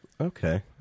Okay